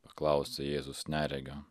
paklausė jėzus neregio